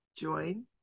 join